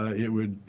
ah it would,